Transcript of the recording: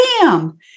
bam